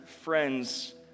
friends